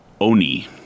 Oni